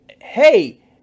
hey